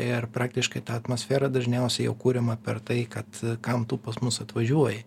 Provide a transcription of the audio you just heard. ir praktiškai ta atmosfera dažniausiai jau kuriama per tai kad kam tu pas mus atvažiuoji